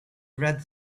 read